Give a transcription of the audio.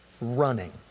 running